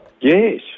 Yes